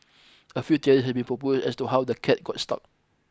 a few have been proposed as to how the cat got stuck